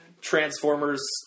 transformers